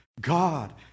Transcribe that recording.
God